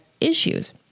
issues